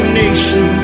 nation